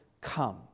come